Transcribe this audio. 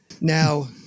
Now